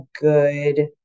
good